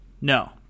no